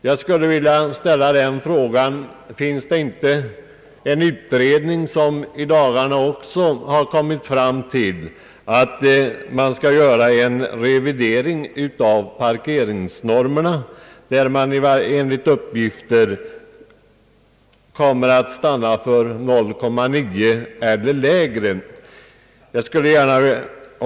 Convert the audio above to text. Jag skulle då vilja ställa frågan: Har inte en utredning i dagarna kommit fram till att man skall göra en revidering också av parkeringsnormerna, varvid man enligt uppgift kommer att stanna för siffran 0,9 uppställningsplatser per lägenhet eller lägre?